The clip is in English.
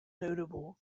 notable